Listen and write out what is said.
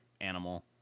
animal